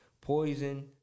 poison